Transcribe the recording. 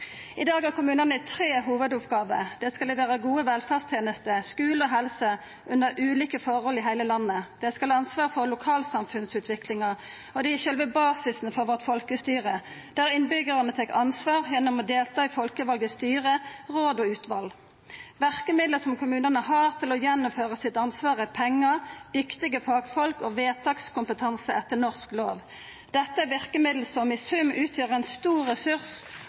I dag har kommunane tre hovudoppgåver. Dei skal levere gode velferdstenester, skule og helse under ulike forhold i heile landet, dei skal ha ansvar for lokalsamfunnsutviklinga, og dei er sjølve basisen for folkestyret vårt, der innbyggjarane tek ansvar gjennom å delta i folkevalde styre, råd og utval. Verkemiddel som kommunane har til å gjennomføre ansvaret, er pengar, dyktige fagfolk og vedtakskompetanse etter norsk lov. Dette er verkemiddel som i sum utgjer ein stor ressurs